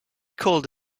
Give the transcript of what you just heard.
called